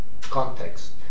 context